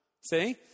See